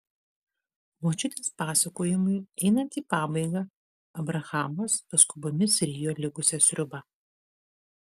močiutės pasakojimui einant į pabaigą abrahamas paskubomis rijo likusią sriubą